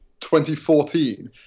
2014